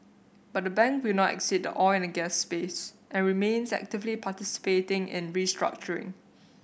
but the bank will not exit the oil and gas space and remains actively participating in restructuring